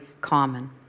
common